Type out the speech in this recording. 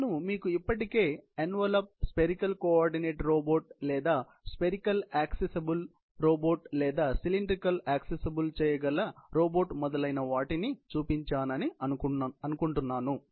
నేను మీకు ఇప్పటికే ఎన్వలప్ స్పెరికల్ కోఆర్డినేట్ రోబోట్ లేదా స్పెరికల్ ఆక్సిసబుల్ రోబోట్ లేదా సీలిండ్రికల్ ఆక్సిసబుల్ చేయగల రోబోట్ మొదలైన వాటి ని చూపించానని అనుకుంటున్నాను